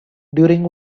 during